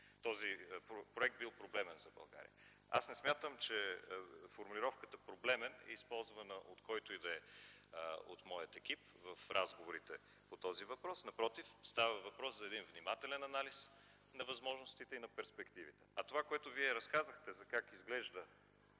този проект бил проблемен за България? Не смятам, че формулировката „проблемен” е използвана от който и да е от моя екип в разговорите по този въпрос, напротив - става въпрос за един внимателен анализ на възможностите и на перспективите. А това, което Вие разказахте за това как изглежда